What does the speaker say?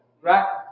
Right